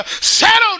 settle